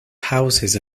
houses